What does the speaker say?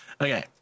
Okay